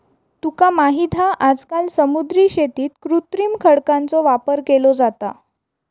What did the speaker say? तुका माहित हा आजकाल समुद्री शेतीत कृत्रिम खडकांचो वापर केलो जाता